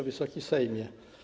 Wysoki Sejmie!